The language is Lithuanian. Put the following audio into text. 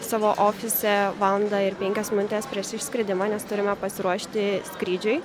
savo ofise valandą ir penkios minutės prieš išskridimą nes turime pasiruošti skrydžiui